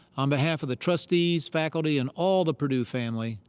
on behalf of the trustees, faculty, and all the purdue family,